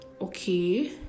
okay